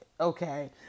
okay